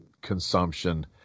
consumption